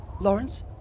Lawrence